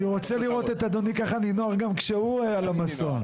אני רוצה לראות את אדוני ככה נינוח גם כשהוא על המסוע.